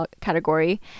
category